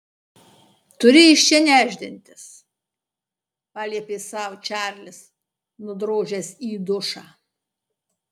turi iš čia nešdintis paliepė sau čarlis nudrožęs į dušą